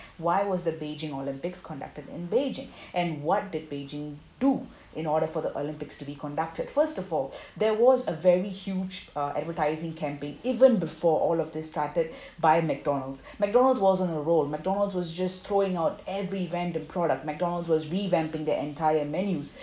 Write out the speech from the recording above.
why was the beijing olympics conducted in beijing and what did beijing do in order for the olympics to be conducted first of all there was a very huge uh advertising campaign even before all of this started by McDonald's McDonald's was on a roll McDonald's was just throwing out every random products McDonald's was revamping their entire menus